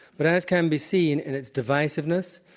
but as can be seen in its divisiveness,